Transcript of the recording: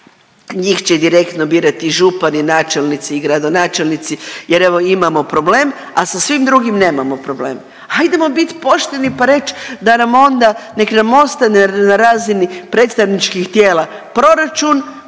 njih će direktno birati župani, načelnici i gradonačelnici jer evo, imamo problem, a sa svim drugim nemamo problem. Hajdemo bit pošteni pa reć da nam onda, nek nam ostane na razini predstavničkih tijela proračun,